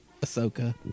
Ahsoka